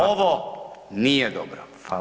Ovo nije dobro.